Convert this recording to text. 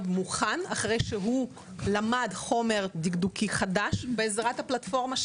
אחרי שהוא למד חומר דקדוקי חדש בעזרת הפלטפורמה,